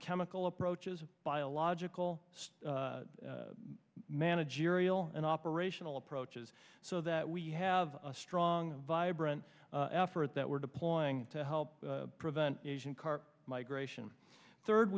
chemical approaches biological sed managerial and operational approaches so that we have a strong vibrant effort that we're deploying to help prevent asian carp migration third